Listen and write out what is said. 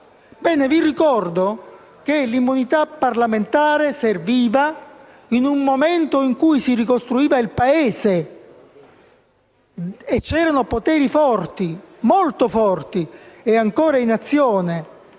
Vi ricordo che l'immunità parlamentare serviva in un momento in cui si ricostruiva il Paese, e c'erano poteri forti, molto forti e ancora in azione,